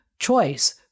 choice